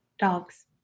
dogs